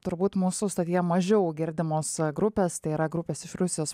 turbūt mūsų stotyje mažiau girdimos grupės tai yra grupės iš rusijos